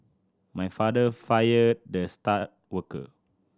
my father fired the star worker